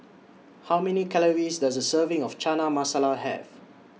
How Many Calories Does A Serving of Chana Masala Have